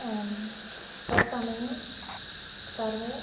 तत्समये सर्वे